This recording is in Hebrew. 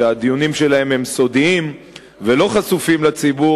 שהדיונים שלהן סודיים ולא חשופים לציבור,